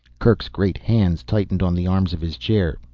kerk's great hands tightened on the arms of his chair,